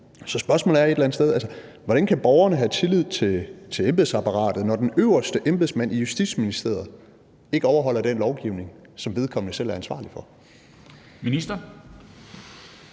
Så spørgsmålet er et eller andet sted: Hvordan kan borgerne have tillid til embedsapparatet, når den øverste embedsmand i Justitsministeriet ikke overholder den lovgivning, som vedkommende selv er ansvarlig for?